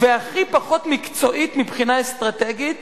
והכי פחות מקצועית מבחינה אסטרטגית,